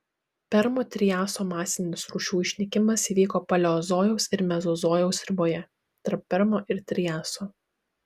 permo triaso masinis rūšių išnykimas įvyko paleozojaus ir mezozojaus riboje tarp permo ir triaso